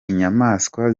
inyamaswa